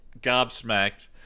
gobsmacked